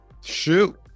shoot